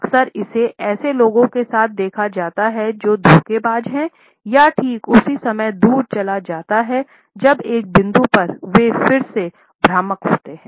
अक्सर इसे ऐसे लोगों के साथ देखा जाता है जो धोखेबाज़ हैं यह ठीक उसी समय दूर चला जाता है जब एक बिंदु पर वे फिर से भ्रामक होते हैं